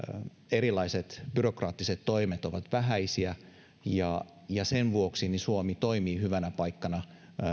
erilaiset byrokraattiset toimet ovat vähäisiä ja ja sen vuoksi suomi toimii hyvänä paikkana